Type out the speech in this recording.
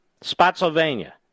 Spotsylvania